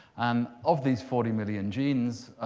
and of these forty million genes,